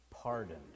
pardoned